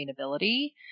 sustainability